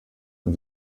und